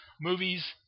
movies